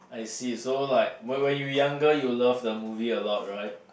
I see so like when when you are younger you love the movie a lot right